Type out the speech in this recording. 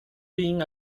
being